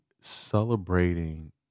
celebrating